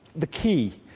the key,